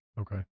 Okay